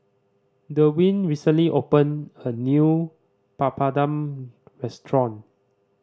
Derwin recently opened a new Papadum restaurant